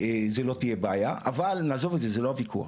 זה לא תהיה בעיה, אבל נעזוב את זה, זה לא הוויכוח.